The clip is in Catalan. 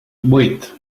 vuit